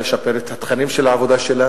אלא לשפר את התכנים של העבודה שלה